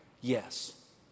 Yes